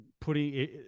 putting